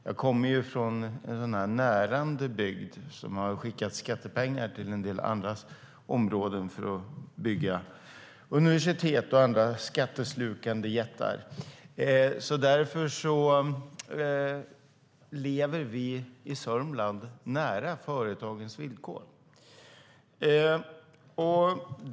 Jag kommer från en närande bygd som har skickat skattepengar till en del andra områden för att bygga universitet och andra skatteslukande jättar. Därför lever vi i Sörmland nära företagens villkor.